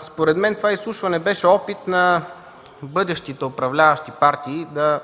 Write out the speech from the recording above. Според мен, това изслушване беше опит на бъдещите управляващи партии да